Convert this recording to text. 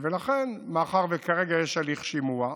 ולכן, מאחר שכרגע יש הליך שימוע,